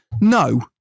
no